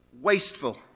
wasteful